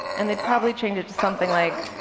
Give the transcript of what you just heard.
and they'd probably change it to something like,